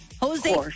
Jose